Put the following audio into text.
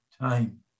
time